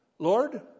Lord